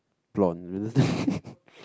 blonde